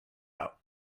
out